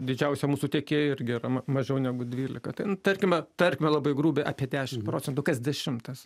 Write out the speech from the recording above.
didžiausia mūsų tiekėjų irgi yra ma mažiau negu dvylika ten tarkime tarkime labai grubiai apie dešim procentų kas dešimtas